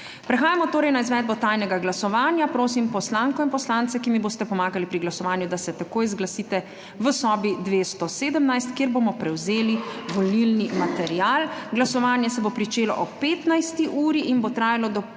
Prehajamo torej na izvedbo tajnega glasovanja. Prosim poslanka in poslanci, ki mi boste pomagali pri glasovanju, da se takoj zglasite v sobi 217, kjer bomo prevzeli volilni material. Glasovanje se bo pričelo ob 15. uri in bo trajalo do